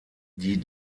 die